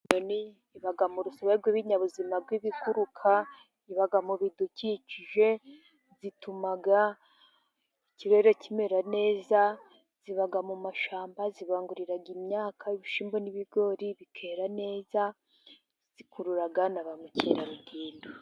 Inyoni ziba mu rusobe rw'ibinyabuzima bw'ibiguruka， ziba mu bidukikije， zituma ikirere kimera neza， ziba mu mashyamba， zibangurira imyaka， ibishyimbo，n'ibigori bikera neza， zikurura na ba mukerarugendo.